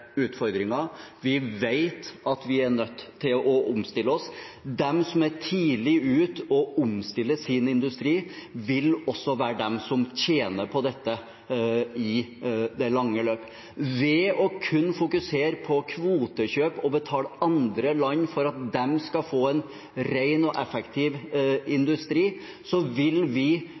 utfordringer. Vi vet at vi er nødt til å omstille oss. De som er tidlig ute og omstiller sin industri, vil også være de som tjener på dette i det lange løp. Ved kun å fokusere på kvotekjøp og å betale andre land for at de skal få en ren og effektiv industri, vil vi